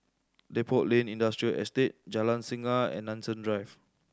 Depot Lane Industrial Estate Jalan Singa and Nanson Drive